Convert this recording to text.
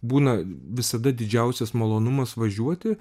būna visada didžiausias malonumas važiuoti